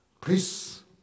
Please